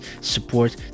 support